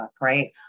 right